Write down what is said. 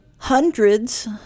Hundreds